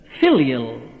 filial